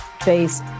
face